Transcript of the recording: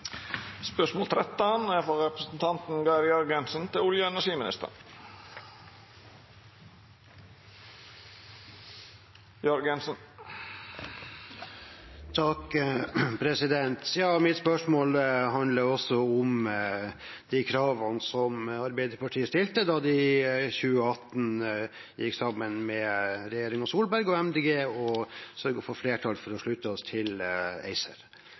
Mitt spørsmål handler også om kravene Arbeiderpartiet stilte da de i 2018 gikk sammen med regjeringen Solberg og Miljøpartiet De Grønne og sørget for flertall for å slutte oss til ACER: